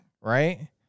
right